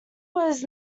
was